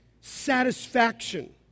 satisfaction